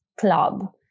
club